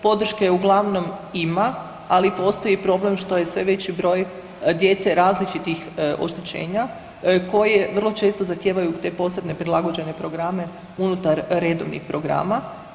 Podrške uglavnom ima, ali postoji problem što je sve veći broj djece različitih oštećenja koje vrlo često zahtijevaju te posebne prilagođene programe unutar redovnih programa.